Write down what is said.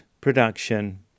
production